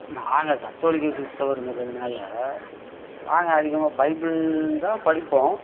நாங்கள் கத்தோலிக்க கிறிஸ்தவருங்கிறதனால நாங்கள் அதிகமாக பைபிள் தான் படிப்போம்